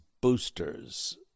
boosters